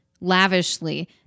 lavishly